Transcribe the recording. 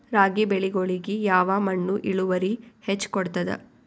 ರಾಗಿ ಬೆಳಿಗೊಳಿಗಿ ಯಾವ ಮಣ್ಣು ಇಳುವರಿ ಹೆಚ್ ಕೊಡ್ತದ?